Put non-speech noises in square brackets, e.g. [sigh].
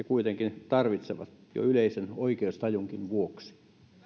[unintelligible] kuitenkin tarvitsevat jo yleisen oikeustajunkin vuoksi